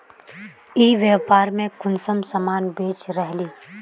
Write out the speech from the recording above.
ई व्यापार में कुंसम सामान बेच रहली?